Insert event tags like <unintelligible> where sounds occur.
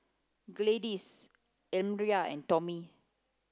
Gladis <unintelligible> and Tommie